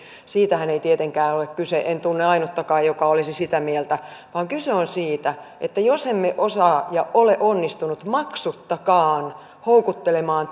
siitähän ei tietenkään ole kyse en tunne ainuttakaan joka olisi sitä mieltä vaan kyse on siitä että jos emme osaa ja ole onnistuneet maksuttakaan houkuttelemaan